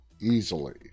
easily